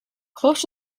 close